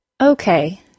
Okay